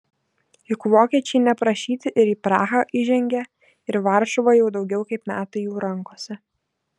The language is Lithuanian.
juk vokiečiai neprašyti ir į prahą įžengė ir varšuva jau daugiau kaip metai jų rankose